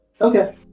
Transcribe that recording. Okay